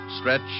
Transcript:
stretch